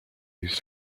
used